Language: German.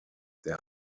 der